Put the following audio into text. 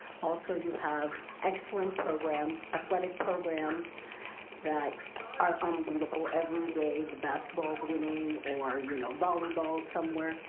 also you have excellent programs, athletic programs that are unbeatable every day. the basketball's winning, or you know volleyball's somewhere.